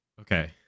Okay